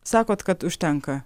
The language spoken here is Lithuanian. sakot kad užtenka